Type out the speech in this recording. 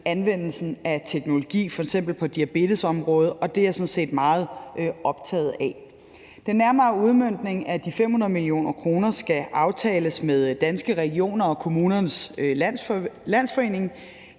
anvendelsen af teknologi, f.eks. på diabetesområdet, og det er jeg sådan set meget optaget af. Den nærmere udmøntning af de 500 mio. kr. skal aftales med Danske Regioner og Kommunernes Landsforening.